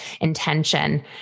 intention